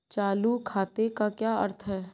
चालू खाते का क्या अर्थ है?